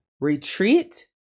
retreat